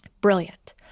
Brilliant